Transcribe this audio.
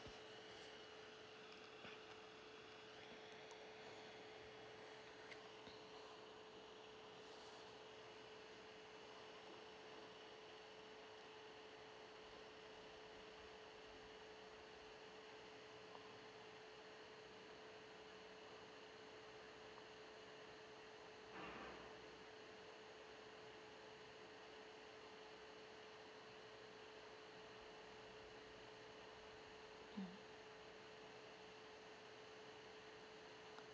mm